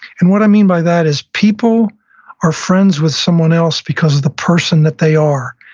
and what i mean by that is people are friends with someone else because of the person that they are,